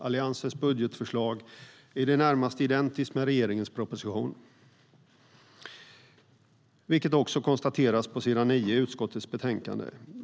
Alliansens budgetförslag är i det närmaste identiskt med regeringens proposition, vilket också konstateras på s. 9 i utskottets betänkande.